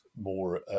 more